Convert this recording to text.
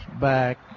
back